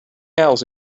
else